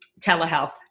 Telehealth